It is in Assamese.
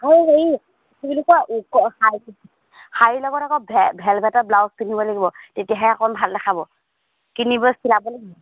অঁ হেৰি কি বুলি কয় শ শাৰীৰ লগত আকৌ ভ ভেলভেটৰ ব্লাউজ পিন্ধিব লাগিব তেতিয়াহে অকণ ভাল দেখাব কিনিব চিলাব লাগিব